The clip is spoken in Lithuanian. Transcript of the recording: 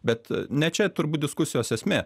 bet ne čia turbūt diskusijos esmė